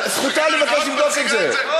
זכותה לבקש לבדוק את זה.